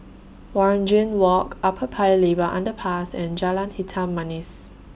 Waringin Walk Upper Paya Lebar Underpass and Jalan Hitam Manis